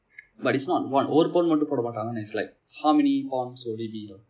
but it's not one ஒரு:oru pound மட்டும் போடமாட்டாங்க தானே:mattum podamaataanga thaane is like how many pounds already